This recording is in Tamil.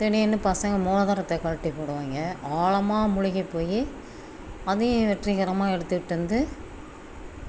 திடீரெனு பசங்கள் மோதிரத்தை கழட்டி போடுவாங்க ஆழமா முழுகிப் போய் அதையும் வெற்றிகரமாக எடுத்துகிட்டு வந்து